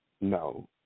no